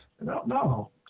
no